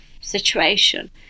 situation